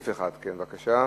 אדוני יוסיף אותי בבקשה.